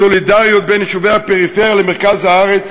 הסולידריות בין יישובי הפריפריה למרכז הארץ